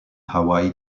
hawaii